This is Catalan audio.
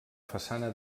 façana